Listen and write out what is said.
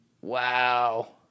Wow